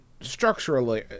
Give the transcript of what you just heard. structurally